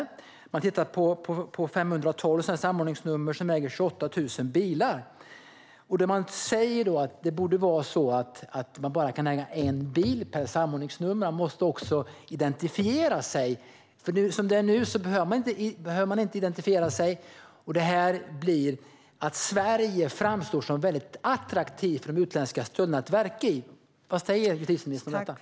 Till exempel har man sett att en person med ett visst samordningsnummer äger 28 000 bilar. Man menar därför att en person med samordningsnummer ska kunna äga bara en bil och dessutom måste identifiera sig. Som det är nu behöver man inte identifiera sig, och det gör Sverige väldigt attraktivt för de utländska stöldligorna att verka i. Vad säger justitieministern om detta?